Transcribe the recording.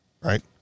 right